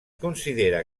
considera